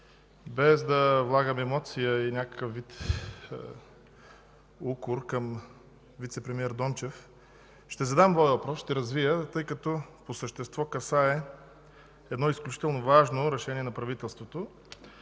без да влагам емоция и някакъв вид укор към вицепремиер Дончев, ще развия моя въпрос, тъй като по същество касае едно изключително важно решение на правителството.